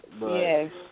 Yes